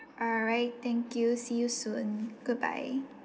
alright thank you see you soon goodbye